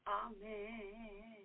amen